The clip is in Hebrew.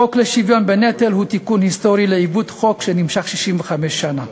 החוק לשוויון בנטל הוא תיקון היסטורי של עיוות חוק שנמשך 65 שנה.